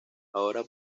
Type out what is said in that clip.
ahora